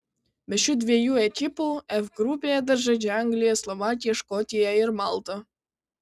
be šių dviejų ekipų f grupėje dar žaidžia anglija slovakija škotija ir malta